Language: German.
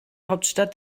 hauptstadt